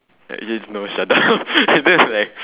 actually it's no shut up that's like